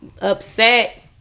upset